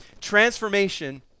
transformation